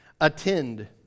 attend